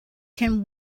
can